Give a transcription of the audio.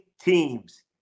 teams